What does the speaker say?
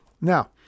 Now